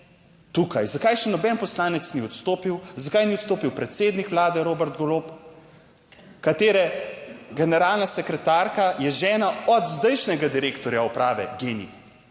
tukaj, zakaj še noben poslanec ni odstopil, zakaj ni odstopil predsednik vlade Robert Golob. Katere generalna sekretarka je žena od zdajšnjega direktorja uprave GEN-I,